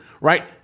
right